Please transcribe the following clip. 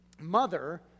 mother